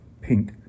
Pink